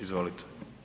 Izvolite.